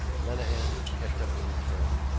lenehan kept up with his friend,